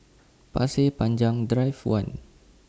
Pasir Panjang Drive one